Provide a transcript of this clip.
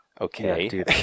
Okay